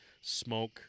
smoke